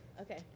Okay